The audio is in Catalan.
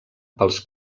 pels